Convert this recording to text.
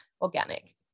organic